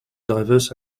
diverse